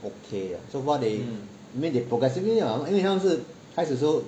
okay lah so far they mean they progressively lah 因为他们是开始时候